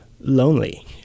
lonely